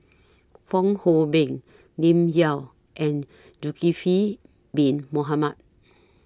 Fong Hoe Beng Lim Yau and Zulkifli Bin Mohamed